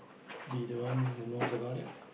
be the one who knows about it